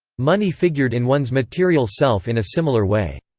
money figured in one's material self in a similar way.